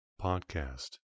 Podcast